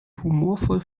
humorvoll